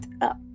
up